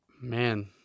Man